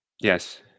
Yes